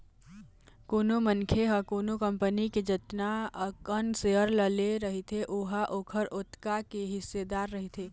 कोनो मनखे ह कोनो कंपनी के जतना अकन सेयर ल ले रहिथे ओहा ओखर ओतका के हिस्सेदार रहिथे